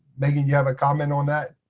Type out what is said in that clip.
maybe you have a comment on that?